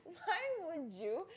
why would you